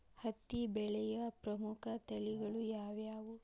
ಹತ್ತಿ ಬೆಳೆಯ ಪ್ರಮುಖ ತಳಿಗಳು ಯಾವ್ಯಾವು?